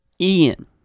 Ian